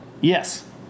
Yes